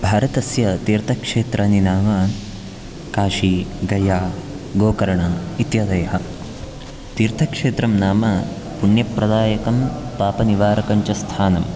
भारतस्य तीर्थक्षेत्राणि नाम काशी गया गोकर्णा इत्यादयः तीर्थक्षेत्रं नाम पुण्यप्रदायकं पापनिवारकं च स्थानं